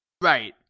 Right